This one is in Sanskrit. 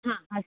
हा अस्तु